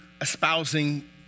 espousing